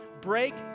break